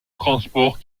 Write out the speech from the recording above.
transport